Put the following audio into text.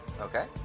Okay